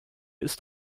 ist